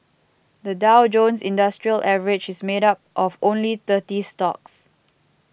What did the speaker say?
the Dow Jones Industrial Average is made up of only thirty stocks